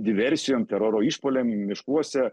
diversijom teroro išpuoliam miškuose